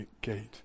gate